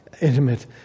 intimate